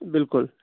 بلکُل